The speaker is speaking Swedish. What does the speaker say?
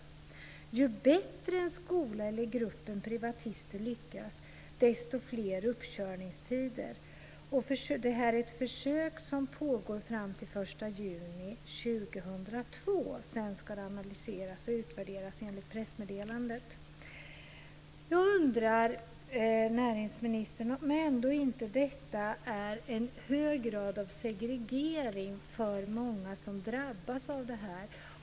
Ju bättre en skola eller en privatistgrupp lyckas, desto fler uppkörningstider. Det här är ett försök som pågår fram till den 1 juni 2002. Sedan ska det analyseras och utvärderas, enligt pressmeddelandet. Jag undrar, näringsministern, om inte detta innebär en hög grad av segregering för många som drabbas.